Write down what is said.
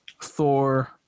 Thor